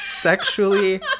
sexually